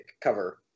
cover